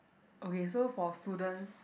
okay so for students